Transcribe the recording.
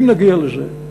אם נגיע לזה,